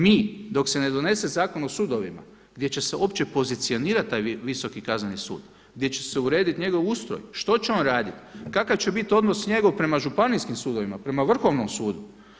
Mi dok se ne donese Zakon o sudovima gdje će se uopće pozicionirati taj Visoki kazneni sud, gdje će se urediti njegov ustroj što će on raditi, kakav će biti odnos njegov prema Županijskim sudovima, prema Vrhovnom sudu.